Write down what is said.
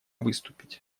выступить